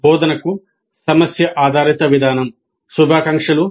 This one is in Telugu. శుభాకాంక్షలు